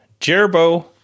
Jerbo